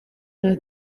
nta